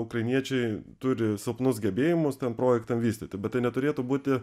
ukrainiečiai turi silpnus gebėjimus ten projektą vystyti bet tai neturėtų būti